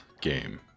game